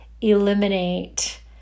eliminate